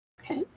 Okay